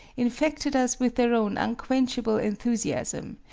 infected us with their own unquenchable enthusiasm,